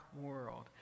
world